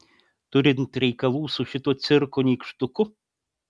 turint reikalų su šituo cirko nykštuku